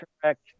correct